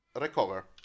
recover